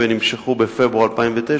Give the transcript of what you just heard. ונמשכו בפברואר 2009,